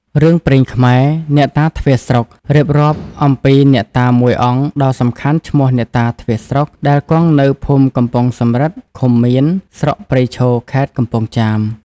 រឿងព្រេងខ្មែរ "អ្នកតាទ្វារស្រុក" រៀបរាប់អំពីអ្នកតាមួយអង្គដ៏សំខាន់ឈ្មោះអ្នកតា "ទ្វារស្រុក" ដែលគង់នៅភូមិកំពង់សំរឹទ្ធិ ឃុំមៀន ស្រុកព្រៃឈរ ខេត្តកំពង់ចាម ។